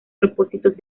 propósitos